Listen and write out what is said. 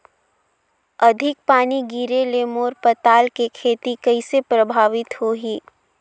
अधिक पानी गिरे ले मोर पताल के खेती कइसे प्रभावित होही?